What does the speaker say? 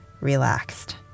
relaxed